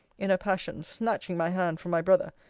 in a passion, snatching my hand from my brother,